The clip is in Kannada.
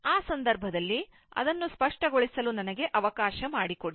ಆ ಸಂದರ್ಭದಲ್ಲಿ ಅದನ್ನು ಸ್ಪಷ್ಟಗೊಳಿಸಲು ನನಗೆ ಅವಕಾಶ ಮಾಡಿಕೊಡಿ